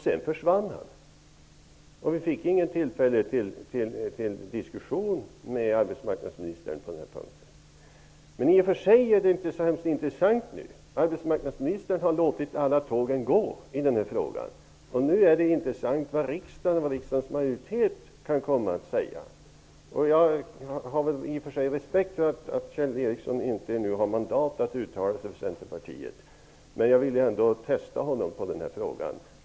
Sedan försvann han från kammaren, och vi fick inget tillfälle till diskussion med arbetsmarknadsministern på denna punkt. I och för sig är det inte längre så intressant. Arbetsmarknadsministern har låtit alla tågen gå i denna fråga. Nu är det i stället intressant att få reda på vad riksdagens majoritet kan komma att säga. Jag har respekt för att Kjell Ericsson inte har mandat att uttala sig för Centerpartiet. Men jag vill ändå testa honom i denna fråga.